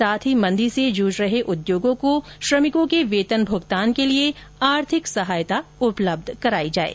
साथ ही मंदी से जूझ रहे उद्योगों को श्रमिकों के वेतन भुगतान के लिए आर्थिक सहायता उपलब्ध कराई जाये